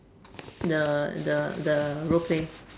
the the the roleplay